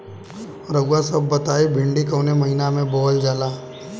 रउआ सभ बताई भिंडी कवने महीना में बोवल जाला?